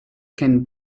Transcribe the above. can